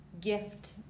gift